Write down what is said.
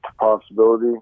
possibility